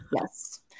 Yes